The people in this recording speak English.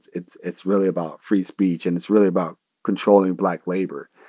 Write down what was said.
it's it's really about free speech. and it's really about controlling black labor.